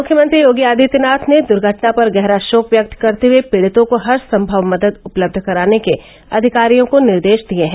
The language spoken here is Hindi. मुख्यमंत्री योगी आदित्यनाथ ने दुर्घटना पर गहरा शोक व्यक्त करते हुए पीड़ितों को हरसंमव मदद उपलब्ध कराने के अधिकारियों को निर्देश दिए हैं